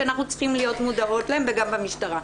שאנחנו צריכים להיות מודעות לה וגם במשטרה.